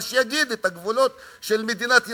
אבל שיגיד מה הגבולות של מדינת ישראל.